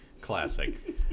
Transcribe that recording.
Classic